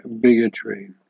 bigotry